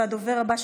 הדובר הבא,